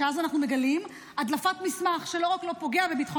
ואז אנחנו מגלים הדלפת מסמך שלא רק לא פוגעת בביטחון